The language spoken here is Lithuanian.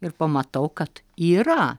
ir pamatau kad yra